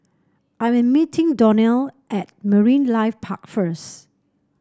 I am meeting Donnell at Marine Life Park first